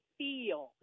feel